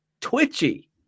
twitchy